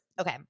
Okay